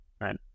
Right